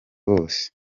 wose